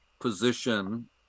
position